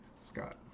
Scott